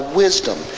wisdom